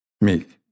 meek